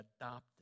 adopted